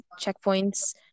checkpoints